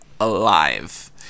alive